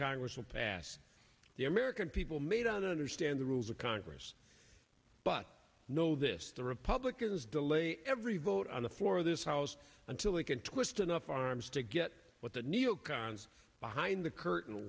congress will pass the american people made on understand the rules of congress but know this the republicans delay every vote on the floor of this house until they can twist enough arms to get what the neo cons behind the curtain